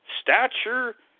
stature